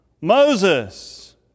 Moses